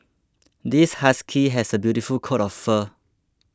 this husky has a beautiful coat of fur